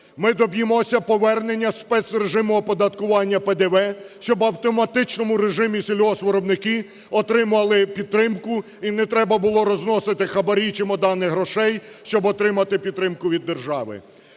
Ми доб'ємося повернення спецрежиму оподаткування ПДВ, щоб в автоматичному режимі сільгоспвиробники отримали підтримку і не треба було розносити хабарі й чемодани, щоб отримати підтримку від держави.